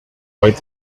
quite